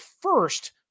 first